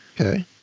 okay